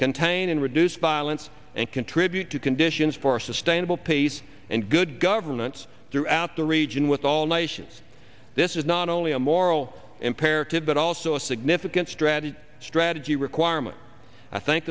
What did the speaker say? contain and reduce violence and contribute to conditions for sustainable peace and good governance throughout the region with all nations this is not only a moral imperative but also a significant strategy strategy requirement i think